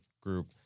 group